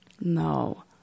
No